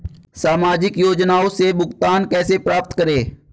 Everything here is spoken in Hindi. सामाजिक योजनाओं से भुगतान कैसे प्राप्त करें?